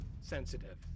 sensitive